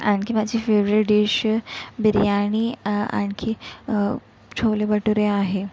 आणखी माझी favourite dish biryani आणखी छोले भटुरे आहे